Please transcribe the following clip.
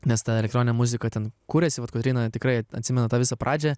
nes ta elektroninė muzika ten kuriasi vat kotryna tikrai atsimena tą visą pradžią